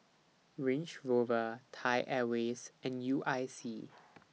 Range Rover Thai Airways and U I C